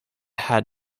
had